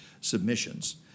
submissions